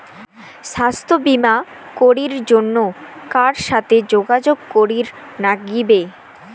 স্বাস্থ্য বিমা করির জন্যে কার সাথে যোগাযোগ করির নাগিবে?